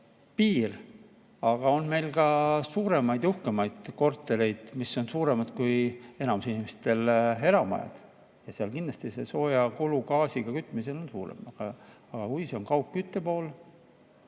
piir, aga on meil ka suuremaid ja uhkemaid kortereid, mis on suuremad kui enamikel inimestel eramajad. Seal kindlasti see soojakulu gaasiga kütmisel on suurem, aga kui see on kaugkütte pool,